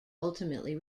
ultimately